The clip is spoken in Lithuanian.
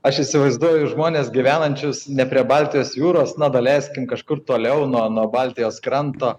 aš įsivaizduoju žmones gyvenančius ne prie baltijos jūros na daleiskim kažkur toliau nuo nuo baltijos kranto